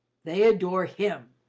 they adore him,